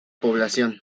población